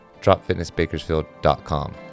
dropfitnessbakersfield.com